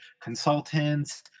consultants